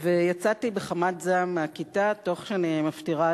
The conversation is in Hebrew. ויצאתי בחמת זעם מהכיתה תוך שאני מפטירה